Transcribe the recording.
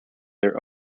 their